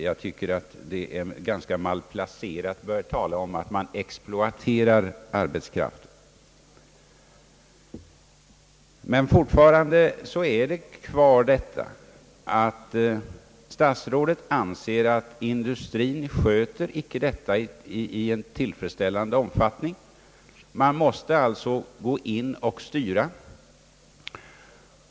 Jag tycker det är ganska malplacerat att då tala om att man exploaterar arbetskraften. Statsrådet anser fortfarande att industrien icke sköter strukturrationaliseringen på ett tillfredsställande sätt. Statsmakterna måste alltså gå in och styra.